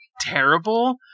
terrible